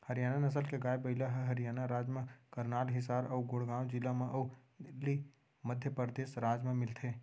हरियाना नसल के गाय, बइला ह हरियाना राज म करनाल, हिसार अउ गुड़गॉँव जिला म अउ दिल्ली, मध्य परदेस राज म मिलथे